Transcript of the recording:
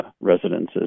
residences